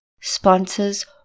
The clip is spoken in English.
sponsors